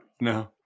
No